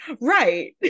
right